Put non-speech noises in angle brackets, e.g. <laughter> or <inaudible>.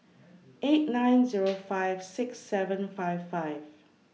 eight nine <noise> Zero five six seven five five